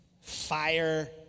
fire